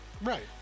Right